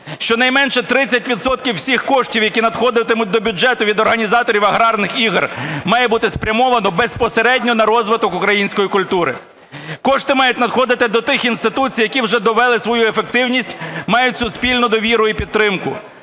щонайменше 30 відсотків всіх коштів, які надходитимуть до бюджету від організаторів азартних ігор, має бути спрямовано безпосередньо на розвиток української культури. Кошти мають надходити до тих інституцій, які вже довели свою ефективність, мають суспільну довіру і підтримку